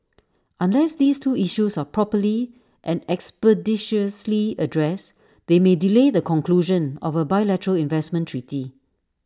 unless these two issues are properly and expeditiously addressed they may delay the conclusion of A bilateral investment treaty